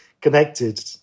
connected